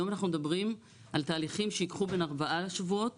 היום אנחנו מדברים על תהליכים שיקרו בין ארבעה שבועות